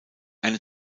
eine